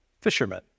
fishermen